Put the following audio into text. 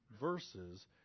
verses